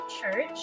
Church